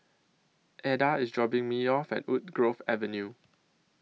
Eda IS dropping Me off At Woodgrove Avenue